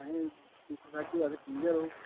असें वेज ही होवै ते ठीक गै रौह्ग